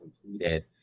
completed